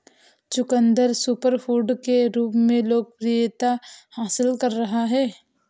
चुकंदर सुपरफूड के रूप में लोकप्रियता हासिल कर रहा है